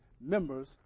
members